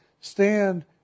stand